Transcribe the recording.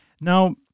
Now